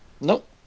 Nope